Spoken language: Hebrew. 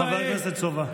חבר הכנסת סובה.